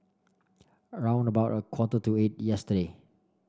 round about a quarter to eight yesterday